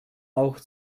auch